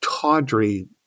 tawdry